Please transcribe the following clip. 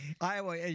Iowa